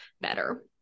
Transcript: better